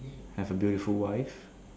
have a beautiful wife